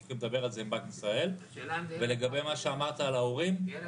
הולכים לדבר על זה עם בנק ישראל ולגבי מה שאמרת על ההורים ומה